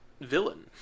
villain